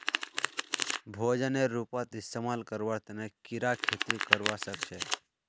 भोजनेर रूपत इस्तमाल करवार तने कीरा खेती करवा सख छे